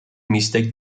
mistake